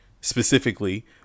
Specifically